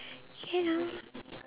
can ah